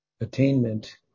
attainment